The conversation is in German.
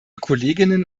kolleginnen